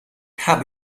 habe